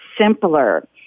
simpler